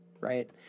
right